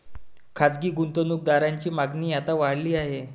खासगी गुंतवणूक दारांची मागणी आता वाढली आहे